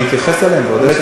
אני אתייחס אליהן ועוד איך.